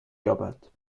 یابد